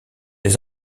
les